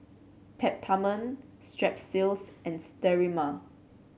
Peptamen Strepsils and Sterimar